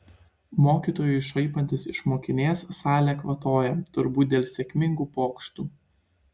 mokytojui šaipantis iš mokinės salė kvatoja turbūt dėl sėkmingų pokštų